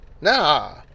nah